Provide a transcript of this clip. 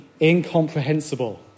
incomprehensible